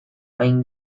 hain